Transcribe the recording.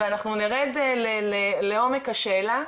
אנחנו נרד לעומק השאלה,